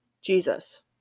Jesus